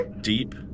Deep